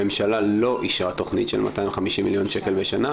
הממשלה לא אישרה תכנית של 250 מיליון שקל בשנה,